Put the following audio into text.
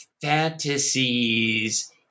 fantasies